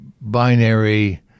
binary